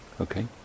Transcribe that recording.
okay